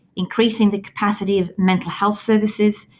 increasing the capacity of mental health services,